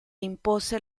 impose